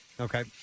Okay